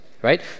Right